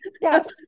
yes